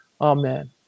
Amen